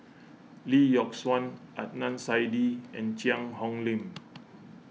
Lee Yock Suan Adnan Saidi and Cheang Hong Lim